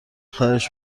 خواهش